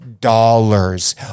dollars